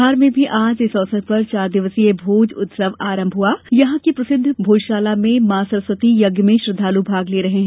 धार में भी आज इस अवसर पर चार दिवसीय भोज उत्सव आरंभ हुआ और यहां की प्रसिद्ध भोजशाला में मॉ सरस्वती यज्ञ में श्रद्वालु भाग ले रहे हैं